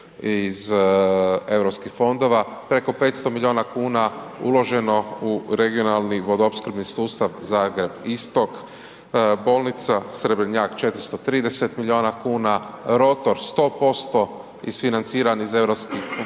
iz europskih fondova, preko 500 milijuna kuna uloženo u regionalni vodoopskrbni sustav Zagreb-Istok, Bolnica Srebrnjak 430 milijuna kuna, rotor 100% isfinanciran iz fondova